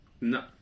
No